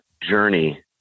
journey